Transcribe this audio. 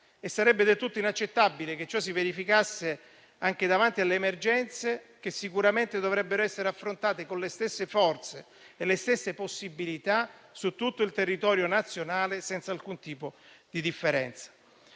Sarebbe del tutto inaccettabile che ciò si verificasse anche davanti a emergenze che sicuramente dovrebbero essere affrontate con le stesse forze e le stesse possibilità su tutto il territorio nazionale, senza alcun tipo di differenza.